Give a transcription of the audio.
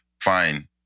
Fine